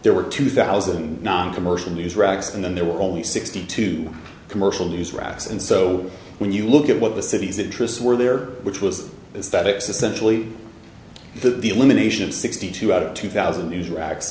there were two thousand and nine commercial news racks and then there were only sixty two commercial news racks and so when you look at what the city's interests were there which was is that it's essentially the elimination of sixty two out of two thousand news racks